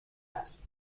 است